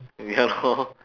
ya lor